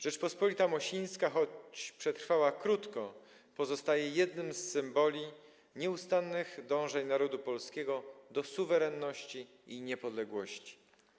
Rzeczpospolita Mosińska, choć przetrwała krótko, pozostaje jednym z symboli nieustannych dążeń narodu polskiego do suwerenności i niepodległości.